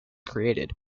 created